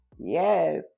Yes